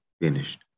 finished